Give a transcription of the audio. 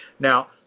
Now